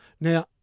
Now